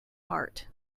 heart